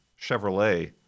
Chevrolet